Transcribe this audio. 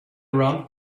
around